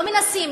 לא מנסים,